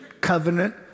covenant